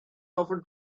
often